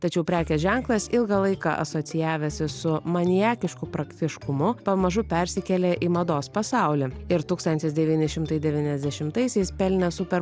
tačiau prekės ženklas ilgą laiką asocijavęsis su maniakišku praktiškumu pamažu persikėlė į mados pasaulį ir tūkstantis devyni šimtai devyniasdešimtaisiais pelnė super